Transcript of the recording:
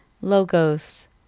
Logos